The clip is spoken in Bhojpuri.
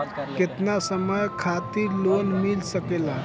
केतना समय खातिर लोन मिल सकेला?